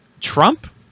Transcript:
Trump